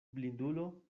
blindulo